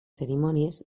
cerimònies